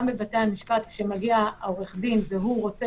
גם בבתי המשפט כשמגיע העורך דין והוא רוצה